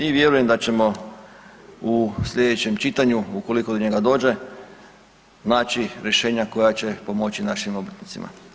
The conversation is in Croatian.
I vjerujem da ćemo u slijedećem čitanju, ukoliko do njega dođe, naći rješenja koja će pomoći našim obrtnicima.